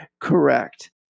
correct